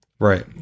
Right